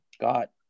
got –